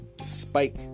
Spike